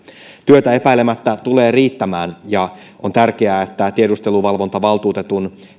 työtä epäilemättä tulee riittämään ja on tärkeää että tiedusteluvalvontavaltuutetun